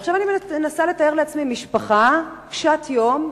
עכשיו אני מנסה לתאר לעצמי משפחה קשת יום,